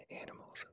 animals